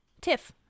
tiff